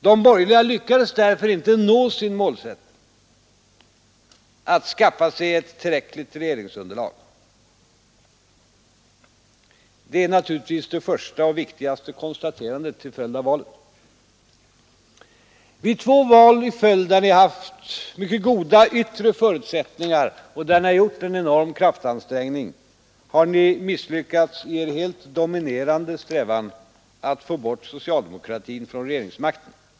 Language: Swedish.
De borgerliga lyckades därför inte nå sin målsättning: att skaffa sig ett tillräckligt regeringsunderlag. Det är naturligtvis det första och viktigaste konstaterandet till följd av valet. Vid två val i följd, där ni haft mycket goda förutsättningar och där ni har gjort en enorm kraftansträngning, har ni misslyckats i er helt dominerande strävan att få bort socialdemokratin från regeringsmakten.